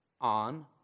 on